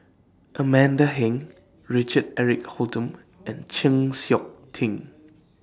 Amanda Heng Richard Eric Holttum and Chng Seok Tin